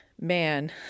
man